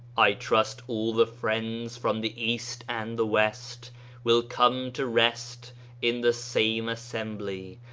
i trust all the friends from the east and the west will come to rest in the same as sembly,